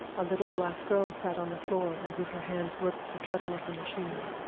a little black girl sat on the floor, and with her hands worked the treadle of the machine.